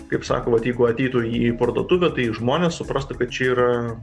kaip sako vat jeigu ateitų į parduotuvę tai žmonės suprastų kad čia yra